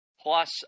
plus